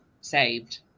saved